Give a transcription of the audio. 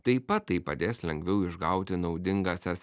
taip pat tai padės lengviau išgauti naudingąsias